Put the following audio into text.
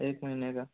एक महीने का